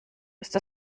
ist